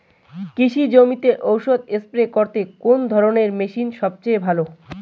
কৃষি জমিতে ওষুধ স্প্রে করতে কোন ধরণের মেশিন সবচেয়ে ভালো?